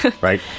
Right